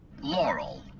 Laurel